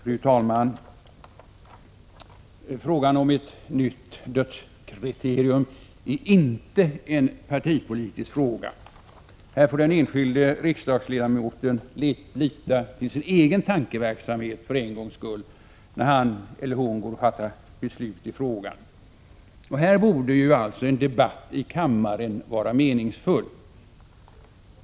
Fru talman! Frågan om ett nytt dödskriterium är inte en partipolitisk fråga. Här får den enskilde riksdagsledamoten lita till sin egen tankeverksamhet, för en gångs skull, när han eller hon fattar beslut i frågan. Här borde alltså en debatt i kammaren vara meningsfull.